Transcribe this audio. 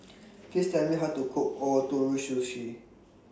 Please Tell Me How to Cook Ootoro Sushi